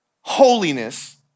holiness